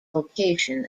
location